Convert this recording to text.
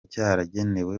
cyaragenewe